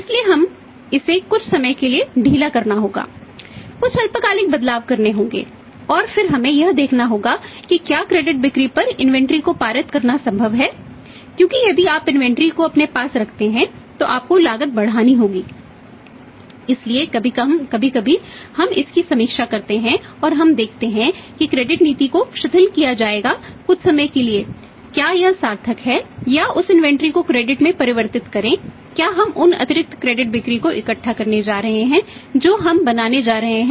इसलिए हमें इसे कुछ समय के लिए ढीला करना होगा कुछ अल्पकालिक बदलाव करने होंगे और फिर हमें यह देखना होगा कि क्या क्रेडिट में छूट की वजह से